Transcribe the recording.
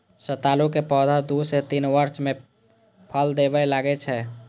सतालू के पौधा दू सं तीन वर्ष मे फल देबय लागै छै